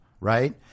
right